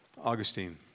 Augustine